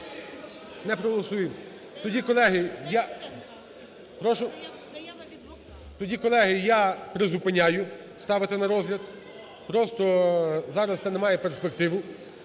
Не проголосуємо. Тоді, колеги, я призупиняю ставити на розгляд. Просто зараз це не має перспективи.